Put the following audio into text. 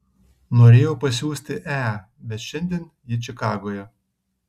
norėjau pasiųsti e bet šiandien ji čikagoje